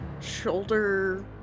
shoulder